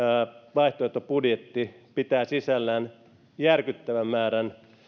vaihtoehtobudjetti pitää sisällään järkyttävän määrän